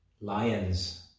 lions